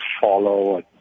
follow